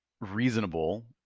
reasonable